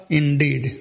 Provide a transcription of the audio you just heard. indeed